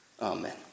Amen